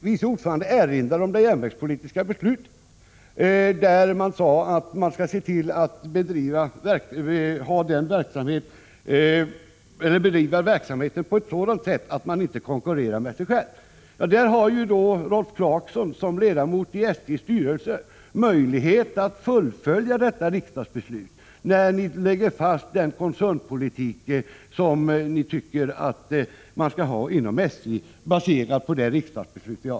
Vice ordföranden i trafikutskottet erinrade om det järnvägspolitiska beslutet, där det sades att man skall se till att verksamheten bedrivs på ett sådant sätt att man inte konkurrerar med sig själv. Rolf Clarkson har som ledamot i SJ:s styrelse möjlighet att fullfölja detta riksdagens beslut när SJ lägger fast sin koncernpolitik, baserad på detta riksdagsbeslut.